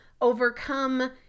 overcome